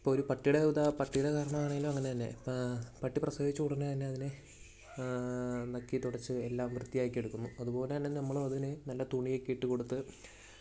ഇപ്പോൾ ഒരു പട്ടിയുടെ ഉദാ പട്ടിയുടെ കാര്യത്തിലാണെങ്കിലും അങ്ങനെ തന്നെ പട്ടി പ്രസവിച്ച ഉടനെ തന്നെ അതിനെ നക്കി തുടച്ച് എല്ലാം വൃത്തിയാക്കി എടുക്കും അതുപോലെ തന്നെ നമ്മളും അതിനനു നല്ല തുണി ഒക്കെ ഇട്ടുകൊടുത്ത്